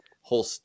whole